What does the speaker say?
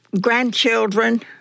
grandchildren